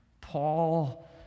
Paul